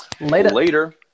Later